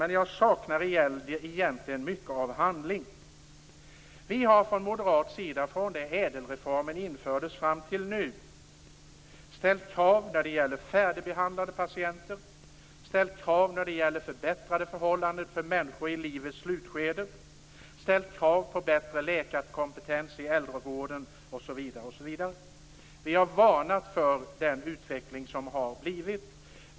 Men jag saknar mycket av handling. Vi har från moderat sida från det att ädelreformen infördes fram till nu ställt krav när det gäller färdigbehandlade patienter, förbättrade förhållanden för människor i livets slutskede, bättre läkarkompetens i äldrevården osv. Vi har varnat för den utveckling som har blivit.